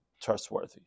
trustworthy